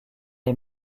les